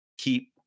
keep